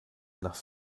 nach